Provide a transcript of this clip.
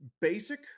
basic